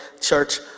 Church